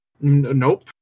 Nope